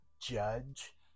judge